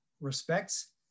respects